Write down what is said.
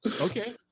Okay